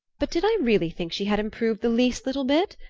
but did i really think she had improved the least little bit?